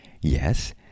Yes